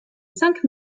cinq